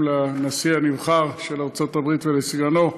לנשיא הנבחר של ארצות-הברית ולסגנו.